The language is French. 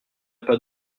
pas